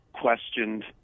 questioned